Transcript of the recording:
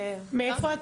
לא.